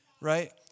Right